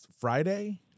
Friday